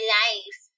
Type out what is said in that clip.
life